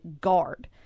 guard